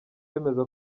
bemeza